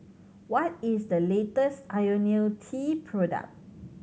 what is the latest Ionil T product